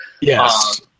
Yes